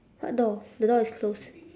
what door the door is closed